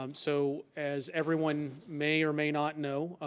um so as everyone may or may not know,